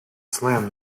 slam